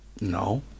No